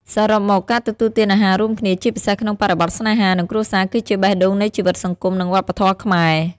សរុបមក ការទទួលទានអាហាររួមគ្នា ជាពិសេសក្នុងបរិបទស្នេហា និងគ្រួសារ គឺជា បេះដូងនៃជីវិតសង្គម និងវប្បធម៌ខ្មែរ។